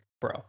bro